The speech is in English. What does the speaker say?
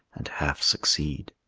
and half succeed.